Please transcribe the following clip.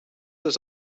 das